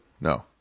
no